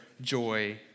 joy